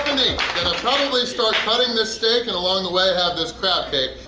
gonna probably start cutting this steak and along the way have this crab cake.